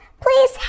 please